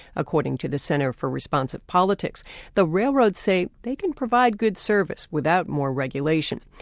according to the center for responsive politics the railroads say they can provide good service without more regulation.